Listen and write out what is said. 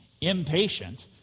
impatient